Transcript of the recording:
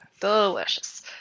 delicious